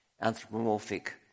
anthropomorphic